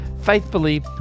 faithfully